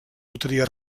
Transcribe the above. loteria